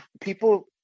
people